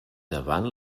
davant